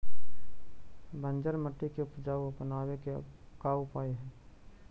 बंजर मट्टी के उपजाऊ बनाबे के का उपाय है?